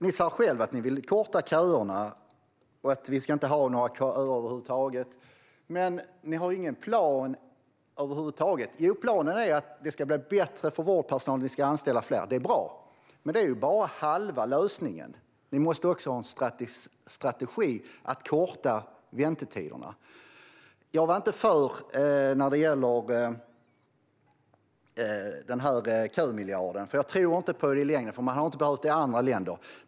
Ni sa själva att ni ville korta köerna och att vi inte ska ha några köer över huvud taget, men ni har ingen plan för det. Planen är att det ska bli bättre för vårdpersonalen och att ni ska anställa fler. Det är bra. Men det är bara halva lösningen. Ni måste också ha en strategi för att korta väntetiderna. Jag var inte för kömiljarden. Jag tror inte på det i längden. Man har inte behövt det i andra länder.